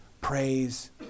praise